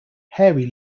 hairy